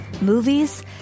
movies